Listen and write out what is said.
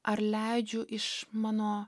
ar leidžiu iš mano